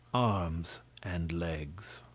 arms, and legs.